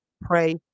pray